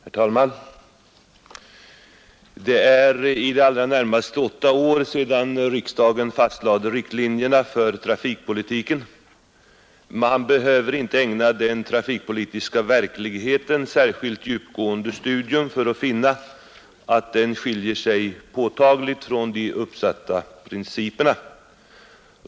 Herr talman! Det är i det allra närmaste åtta år sedan riksdagen fastlade riktlinjerna för trafikpolitiken. Man behöver inte ägna den trafikpolitiska verkligheten särskilt djupgående studium för att finna att den påtagligt skiljer sig från de uppsatta principerna.